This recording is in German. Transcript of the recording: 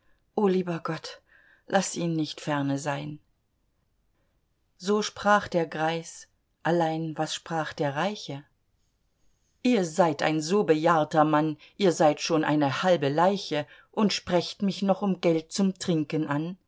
lieber gott laß ihn nicht ferne sein so sprach der greis allein was sprach der reiche ihr seid ein so bejahrter mann ihr seid schon eine halbe leiche und sprecht mich noch um geld zum trinken an